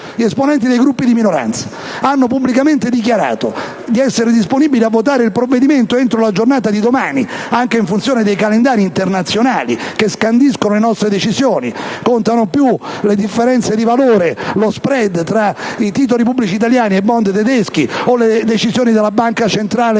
gli esponenti dei Gruppi di minoranza hanno pubblicamente dichiarato di essere disponibili a votare il provvedimento entro la giornata di domani, anche in funzione dei calendari internazionali che scandiscono le nostre decisioni (sono oggi centrali lo *spread* tra i titoli pubblici italiani e i *Bund* tedeschi e le decisioni della Banca centrale europea,